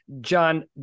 john